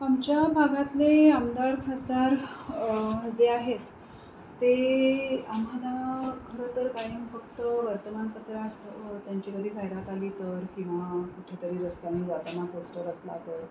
आमच्या भागातले आमदार खासदार जे आहेत ते आम्हाला खरंतर कायम फक्त वर्तमानपत्रात त्यांची कधी जाहिरात आली तर किंवा कुठेतरी रस्त्याने जाताना पोस्टर असला तर